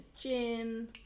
gin